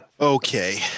Okay